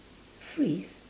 freeze